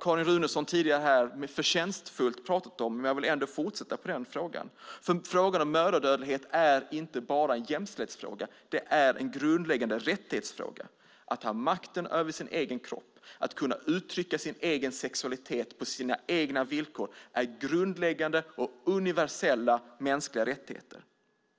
Carin Runeson har förtjänstfullt pratat om mödradödlighet här tidigare, och jag vill fortsätta med den frågan. Mödradödlighet är inte bara en jämställdhetsfråga, utan det är en grundläggande rättighetsfråga. Att ha makten över sin egen kropp och att kunna uttrycka sin egen sexualitet på sina egna villkor är grundläggande och universella mänskliga rättigheter,